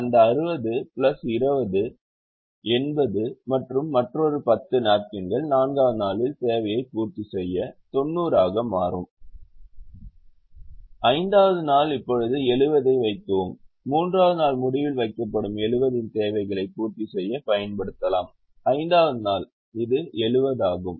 எனவே இந்த 60 பிளஸ் 20 80 மற்றும் மற்றொரு 10 நாப்கின்கள் நான்காவது நாளின் தேவையை பூர்த்தி செய்ய 90 ஆக மாறும் ஐந்தாவது நாள் இப்போது 70 ஐ வைக்கவும் மூன்றாம் நாள் முடிவில் வைக்கப்படும் 70 இன் தேவைகளை பூர்த்தி செய்ய பயன்படுத்தலாம் ஐந்தாவது நாள் இது 70 ஆகும்